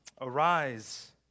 Arise